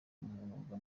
mugwa